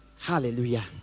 hallelujah